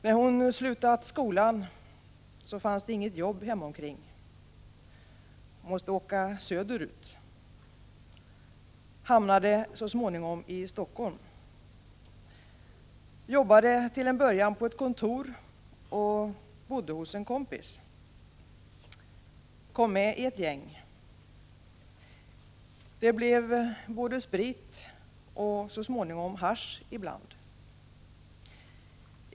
När hon slutat skolan fanns det inget jobb hemomkring. Måste åka söderut. Hamnade så småningom i Helsingfors. Jobbade till en början på ett kontor och bodde hos en kompis. Kom med i ett gäng. Det blev både sprit och så småningom hasch ibland.